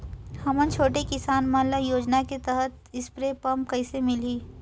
हमन छोटे किसान मन ल योजना के तहत स्प्रे पम्प कइसे मिलही?